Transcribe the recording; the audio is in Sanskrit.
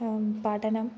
पाठनं